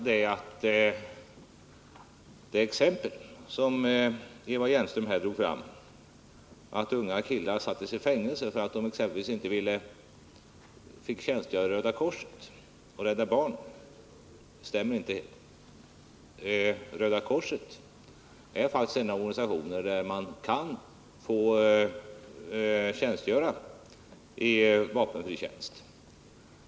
Det exempel som Eva Hjelmström här tog fram, att unga killar sätts i fängelse i stället för att få tjänstgöra i Röda korset eller Rädda barnen, stämmer inte. Röda korset är faktiskt en organisation där man kan få göra vapenfri tjänst.